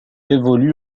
évolue